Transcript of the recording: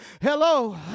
Hello